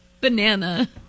Banana